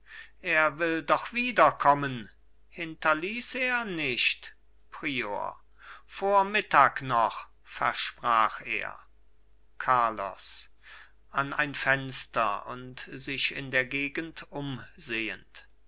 er will doch wiederkommen hinterließ er nicht prior vor mittag noch versprach er carlos an ein fenster und sich in der gegend umsehend